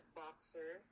boxer